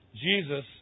Jesus